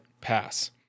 pass